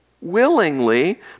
willingly